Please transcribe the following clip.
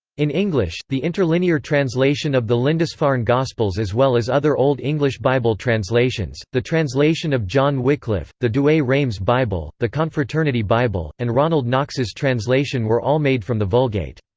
in english, the interlinear translation of the lindisfarne gospels as well as other old english bible translations, the translation of john wycliffe, the douay-rheims bible, the confraternity bible, and ronald knox's translation were all made from the vulgate.